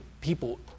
people